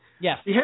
Yes